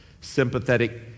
sympathetic